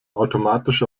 automatisch